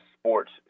sports